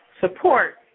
support